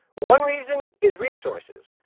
one reason is resources.